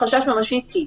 ממשי כי".